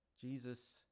Jesus